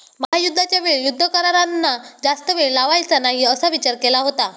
महायुद्धाच्या वेळी युद्ध करारांना जास्त वेळ लावायचा नाही असा विचार केला होता